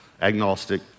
agnostic